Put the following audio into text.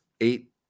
eight